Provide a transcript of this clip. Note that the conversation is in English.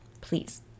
please